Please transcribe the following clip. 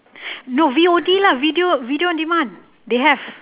no V_O_D lah video video on demand they have